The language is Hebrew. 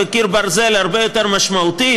בקיר ברזל הרבה יותר משמעותי,